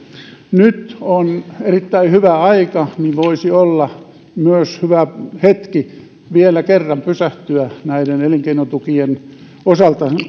nyt on erittäin hyvä aika niin voisi olla myös hyvä hetki vielä kerran pysähtyä näiden elinkeinotukien osalta